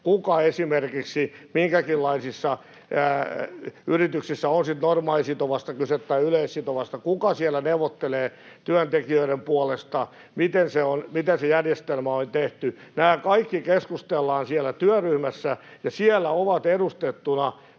Kuka esimerkiksi minkäkinlaisissa yrityksissä — on sitten kyse normaalisitovasta tai yleissitovasta — neuvottelee työntekijöiden puolesta, miten se järjestelmä on tehty. Nämä kaikki keskustellaan siellä työryhmässä, ja siellä ovat edustettuina